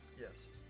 yes